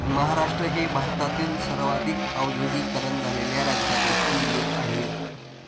महाराष्ट्र हे भारतातील सर्वाधिक औद्योगीकरण झालेल्या राज्यापैकी एक आहे